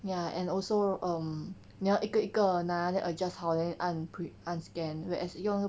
ya and also um 你要一个一个拿 then adjust 好 then 按 print 按 scan whereas 一个用